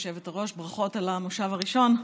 גברתי היושבת-ראש, ברכות על המושב הראשון.